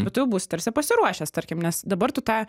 bet tu jau būsi tarsi pasiruošęs tarkim nes dabar tu tą